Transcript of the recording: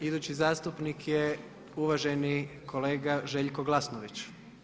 Idući zastupnik je uvaženi kolega Željko Glasnović.